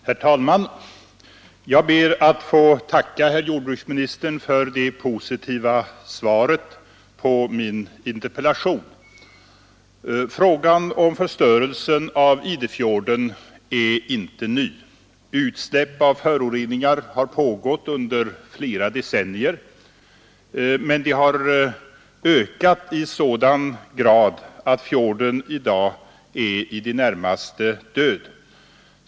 Herr talman! Jag ber att få tacka herr jordbruksministern för det positiva svaret på min interpellation. Frågan om förstörelsen av Idefjorden är inte ny. Utsläpp av föroreningar har pågått under flera decennier. Men det har ökat i sådan grad att fjorden i dag är i det närmaste död.